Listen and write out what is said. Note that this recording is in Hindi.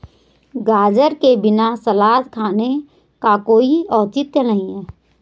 गाजर के बिना सलाद खाने का कोई औचित्य नहीं है